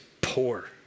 poor